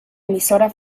emisora